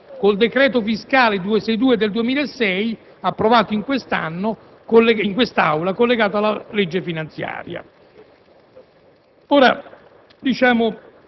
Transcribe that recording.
sia le ulteriori norme introdotte con il decreto fiscale n. 262 del 2006, approvato in quest'Aula come collegato alla legge finanziaria.